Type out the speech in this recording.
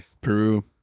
Peru